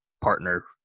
partner